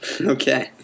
Okay